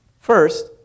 First